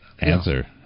answer